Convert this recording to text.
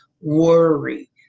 worry